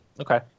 Okay